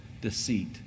deceit